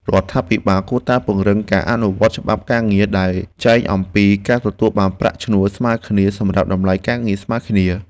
រដ្ឋាភិបាលគួរតែពង្រឹងការអនុវត្តច្បាប់ការងារដែលចែងអំពីការទទួលបានប្រាក់ឈ្នួលស្មើគ្នាសម្រាប់តម្លៃការងារស្មើគ្នា។